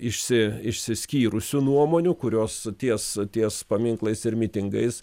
išsi išsiskyrusių nuomonių kurios ties ties paminklais ir mitingais